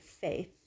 faith